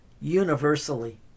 universally